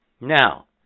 now